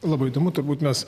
labai įdomu turbūt mes